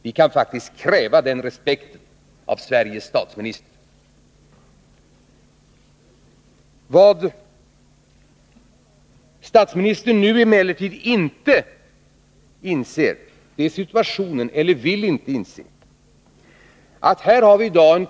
Vi kan faktiskt kräva den respekten av Sveriges statsminister. Vad statsministern emellertid inte inser eller inte vill inse är den koppling som finns mellan förslagen.